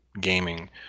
gaming